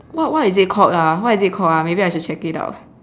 what what is it called ah what is it called ah maybe I should check it out